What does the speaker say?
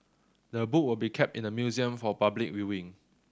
the book will be kept in the museum for public viewing